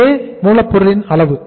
அதே மூலப் பொருளின் அளவு